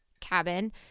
cabin